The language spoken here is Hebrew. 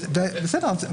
בסדר.